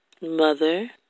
mother